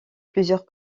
plusieurs